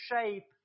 shape